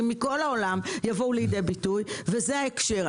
מכל העולם יבואו לידי ביטוי וזה ההקשר.